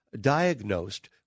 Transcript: diagnosed